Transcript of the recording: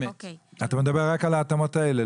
אתה מדבר רק על ההתאמות האלה,